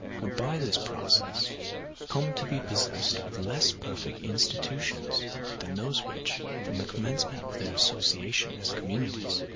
would by this process come to be possessed of less perfect institutions than those which, from the commencement of their association as communities,